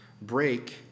break